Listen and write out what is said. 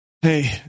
hey